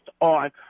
on